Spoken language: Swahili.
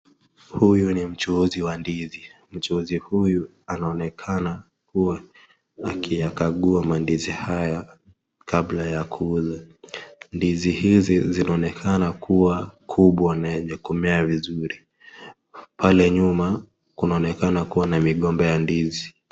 Huyu ni mchuuzi wa ndizi, mchuuzi huyu anaonekana kuwa akiyakagua ndizi haya kabla ya kuuza, ndizi hizi zinaonekana kuwa kubwa na yenye kumea vizuri, pale nyuma kunaonekana kuwa na migomba ya ndizi.